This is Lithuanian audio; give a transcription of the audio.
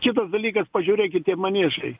kitas dalykas pažiūrėkit tie maniežai